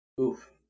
Oof